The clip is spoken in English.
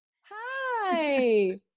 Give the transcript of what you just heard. Hi